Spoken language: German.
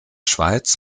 schweiz